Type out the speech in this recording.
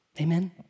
Amen